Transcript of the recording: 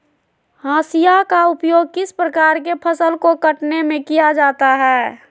हाशिया का उपयोग किस प्रकार के फसल को कटने में किया जाता है?